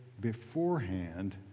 beforehand